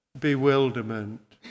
bewilderment